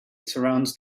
surrounds